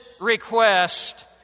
request